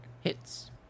hits